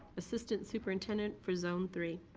assistant superintendent for zone three.